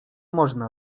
można